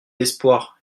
l’espoir